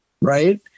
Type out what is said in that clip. right